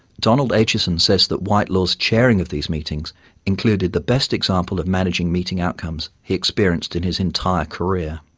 donald acheson says that whitelaw's chairing of these meetings included the best example of managing meeting outcomes he experienced in his entire career.